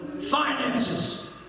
Finances